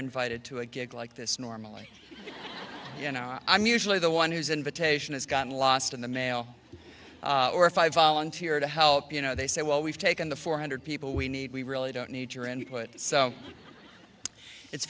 invited to a gig like this normally you know i'm usually the one who's invitation has gotten lost in the mail or if i volunteer to help you know they say well we've taken the four hundred people we need we really don't need your input so it's